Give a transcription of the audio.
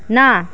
না